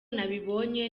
nabibonye